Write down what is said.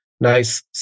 nice